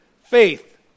faith